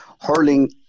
hurling